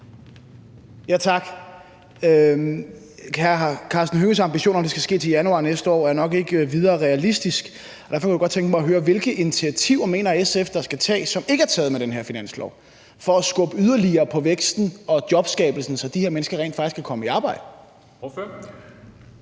Tak. Hr. Karsten Hønges ambition om, at det skal ske til januar næste år, er nok ikke videre realistisk, og derfor kunne jeg godt tænke mig at høre: Hvilke initiativer mener SF der skal tages, som ikke er taget med den her finanslov, for at skubbe yderligere på i forhold til væksten og jobskabelsen, så de her mennesker rent faktisk kan komme i arbejde?